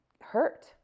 hurt